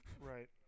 Right